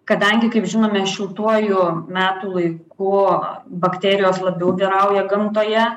kadangi kaip žinome šiltuoju metų laiku bakterijos labiau vyrauja gamtoje